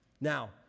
Now